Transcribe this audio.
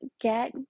get